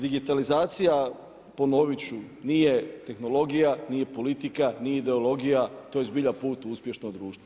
Digitalizacija, ponovit ću, nije tehnologija, nije politika, nije ideologija, to je zbilja put u uspješno društvo.